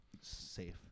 safe